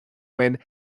when